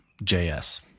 JS